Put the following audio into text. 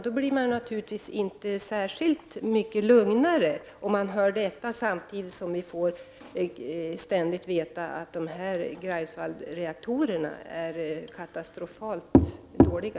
Då blir man naturligtvis inte särskilt mycket lugnare när man samtidigt får veta att dessa reaktorer är katastrofalt dåliga.